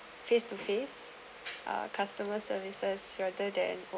face to face uh customer services rather than